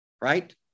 Right